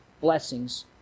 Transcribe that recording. blessings